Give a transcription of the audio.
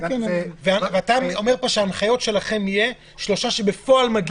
אתה אומר פה שההנחיות שלכם יהיו שלושה שבפועל מגיעים.